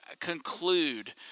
conclude